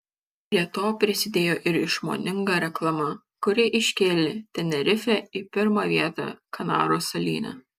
prie to prisidėjo ir išmoninga reklama kuri iškėlė tenerifę į pirmą vietą kanarų salyne